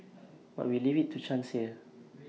but we leave IT to chance here